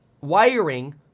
wiring